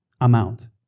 amount